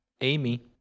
Amy